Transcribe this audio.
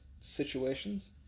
situations